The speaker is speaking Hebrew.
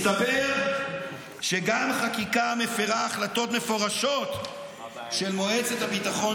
מסתבר שגם חקיקה המפירה החלטות מפורשות של מועצת הביטחון